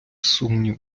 сумніву